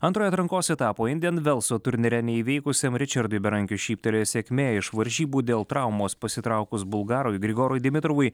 antrojo atrankos etapo indijan velso turnyre neįveikusiam ričardui berankiui šyptelėjo sėkmė iš varžybų dėl traumos pasitraukus bulgarui grigorui dimitrovui